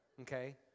okay